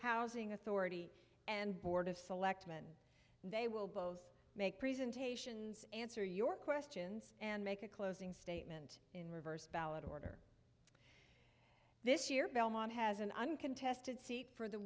housing authority and board of selectmen they will both make presentations answer your questions and make a closing statement in reverse ballot order this year belmont has an uncontested seat for the